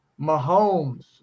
Mahomes